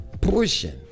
pushing